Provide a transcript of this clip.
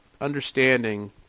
understanding